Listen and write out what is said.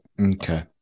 Okay